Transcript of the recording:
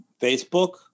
Facebook